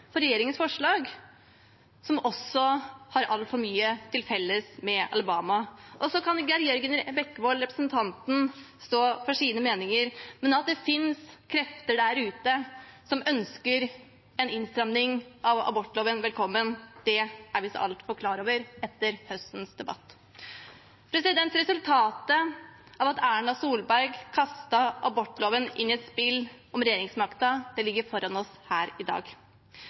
for regjeringens forslag, og som også har altfor mye til felles med Alabama. Så kan representanten Geir Jørgen Bekkevold stå for sine meninger, men at det finnes krefter der ute som ønsker en innstramning av abortloven velkommen, det er vi så altfor klar over etter høstens debatt. Resultatet av at Erna Solberg kastet abortloven inn i et spill om regjeringsmakten, ligger foran oss her i dag.